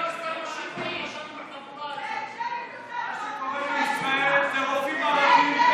שקורה בישראל זה רופאים ערבים,